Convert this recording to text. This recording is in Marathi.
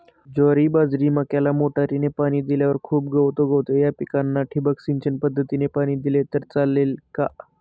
ज्वारी, बाजरी, मक्याला मोटरीने पाणी दिल्यावर खूप गवत उगवते, या पिकांना ठिबक सिंचन पद्धतीने पाणी दिले तर चालेल का?